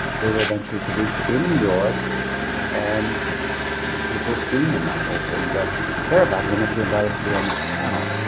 they were eventually produced in new york and people have seen them, i hope, and care about them enough to invite us to be on this panel.